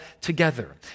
together